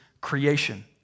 creation